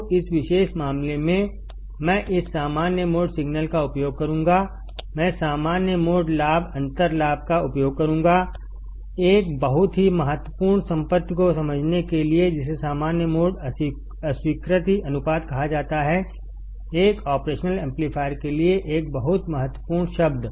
तो इस विशेष मामले मेंमैं इस सामान्य मोड सिग्नल का उपयोग करूंगा मैं सामान्य मोड लाभ अंतर लाभ का उपयोग करूंगाएक बहुत ही महत्वपूर्ण संपत्ति को समझने के लिए जिसे सामान्य मोड अस्वीकृति अनुपात कहा जाता हैएक ऑपरेशनल एम्पलीफायर के लिए एक बहुत महत्वपूर्ण शब्द